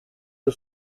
der